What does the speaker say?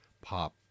pop